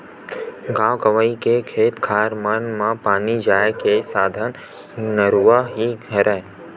गाँव गंवई के खेत खार मन म पानी जाय के साधन नरूवा ही हरय